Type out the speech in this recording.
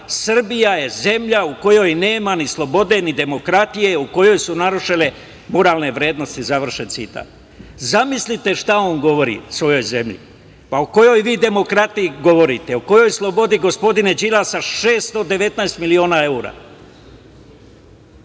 „Srbija je zemlja u kojoj nema ni slobode, ni demokratije, u kojoj su narušene moralne vrednosti“? Zamislite šta on govori svojoj zemlji? Pa, o kojoj vi demokratiji govorite? O kojoj slobodi, gospodine Đilas, sa 619 miliona evra,